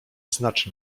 znaczy